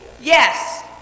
Yes